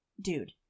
dude